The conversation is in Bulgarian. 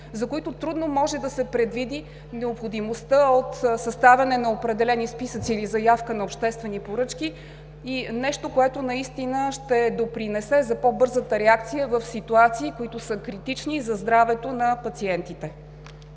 за които трудно може да се предвиди необходимостта от съставяне на определени списъци или заявка на обществени поръчки и това ще допринесе за по-бързата реакция в ситуации, които са критични за здравето на пациентите.